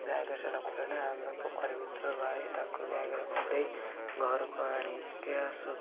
ବ୍ୟାଗରେ ସିଏ ନ ପୁରେଇନେ ଆମେ ପୋଖରୀ ଭିତୁରୁ ବାହାରି ତାକୁ ବ୍ୟାଗରେ ପୁରେଇ ଘରକୁ ଆଣିକି ଆସୁ